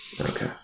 Okay